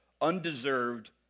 undeserved